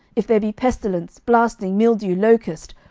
if there be pestilence, blasting, mildew, locust,